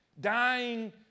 Dying